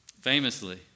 Famously